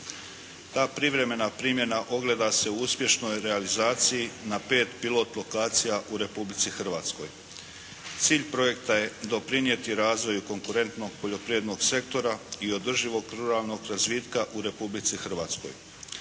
Ta privremena primjena ogleda se u uspješnoj realizaciji na 5 pilot lokacija u Republici Hrvatskoj. Cilj projekta je doprinijeti razvoju konkurentnog poljoprivrednog sektora i održivog ruralnog razvitka u Republici Hrvatskoj.